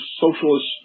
socialist